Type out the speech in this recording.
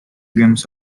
games